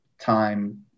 time